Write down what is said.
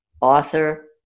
author